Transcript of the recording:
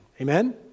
amen